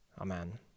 Amen